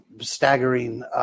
staggering